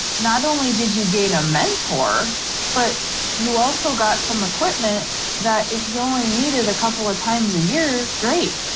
not only did you get a mentor but you also got some equipment that if you only needed a couple of times a year great.